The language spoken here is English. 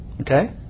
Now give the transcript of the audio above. Okay